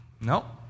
No